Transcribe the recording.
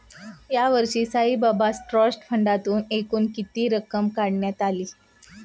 यावर्षी साईबाबा ट्रस्ट फंडातून एकूण किती रक्कम काढण्यात आली?